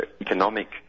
economic